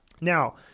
Now